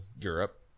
Europe